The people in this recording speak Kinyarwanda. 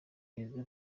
perezida